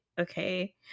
okay